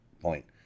point